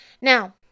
Now